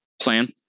plan